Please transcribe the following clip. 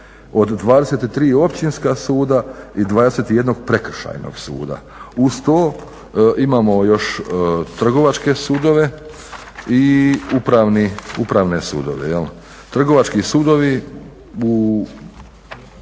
od 23 općinska i 21 prekršajnog suda, uz to imamo još, trgovačke sudove i upravne sudove. Trgovački sudovi,